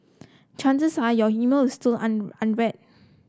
chances are your email is still unread